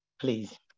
Please